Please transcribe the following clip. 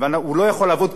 והוא לא יכול לעבוד כפליים,